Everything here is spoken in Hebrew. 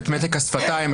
את מתק השפתיים,